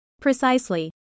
Precisely